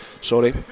Sorry